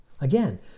Again